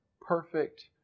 perfect